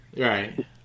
Right